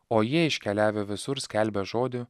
o jie iškeliavę visur skelbė žodį